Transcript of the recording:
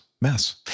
mess